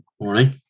morning